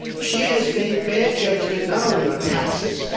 she has made bad judgment not only on taxes,